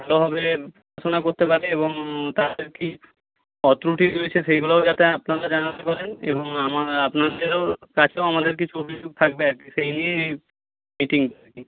ভালোভাবে শুনা করতে পারে এবং তাদের কী ত্রুটি রয়েছে সেইগুলোও যাতে আপনারা জানাতে পারেন এবং আপনাদেরও কাছেও আমাদের কিছু অভিযোগ থাকবে আর কি সেই নিয়ে এটি আর কি